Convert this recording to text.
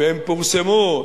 והם פורסמו.